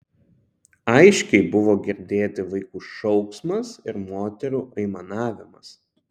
aiškiai buvo girdėti vaikų šauksmas ir moterų aimanavimas